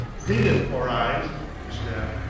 beat it, four-eyes! he snapped.